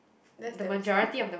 that's damn sad